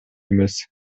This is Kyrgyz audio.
эмес